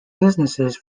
businesses